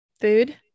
Food